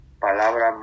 palabra